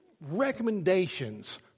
recommendations